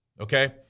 Okay